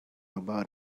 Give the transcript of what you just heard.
about